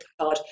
card